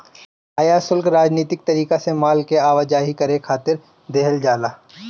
आयात शुल्क राजनीतिक तरीका से माल के आवाजाही करे खातिर देहल जाला